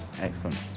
Excellent